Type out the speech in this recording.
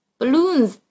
balloons